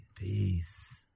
Peace